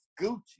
Gucci